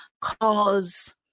cause